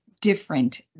different